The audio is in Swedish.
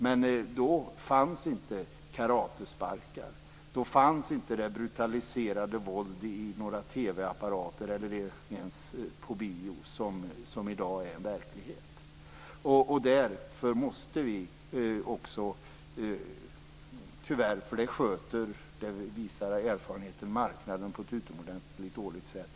Men då fanns inte karatesparkar och det brutaliserande våldet i TV-apparater eller ens på bio som i dag är en verklighet. Det här sköter marknaden - det visar erfarenheten - på ett utomordentligt dåligt sätt.